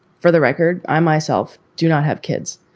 for the record, i myself do not have kids.